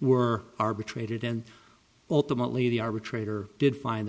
were arbitrated and ultimately the arbitrator did find that